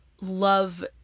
love